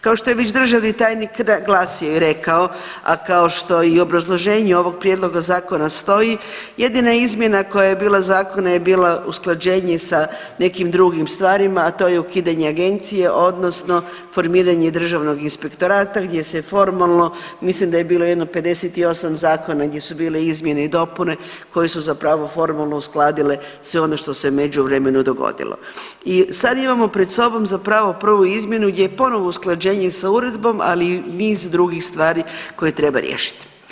Kao što je već državni tajnik naglasio i rekao, a kao što i u obrazloženju ovoga prijedloga Zakona stoji, jedina izmjena koja je bila zakona je bila usklađenje sa nekim drugim stvarima, a to je ukidanje agencije odnosno formiranje Državnog inspektorata gdje se formalno, mislim da je bilo jedno 58 zakona gdje su bile izmjene i dopune koje su zapravo formalno uskladile sve ono što se je u međuvremenu dogodilo i sad imamo pred sobom zapravo prvu izmjenu gdje je ponovo usklađenje sa uredbom, ali i niz drugih stvari koje treba riješiti.